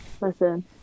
listen